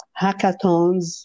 hackathons